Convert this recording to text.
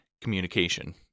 communication